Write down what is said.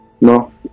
No